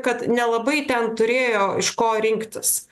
kad nelabai ten turėjo iš ko rinktis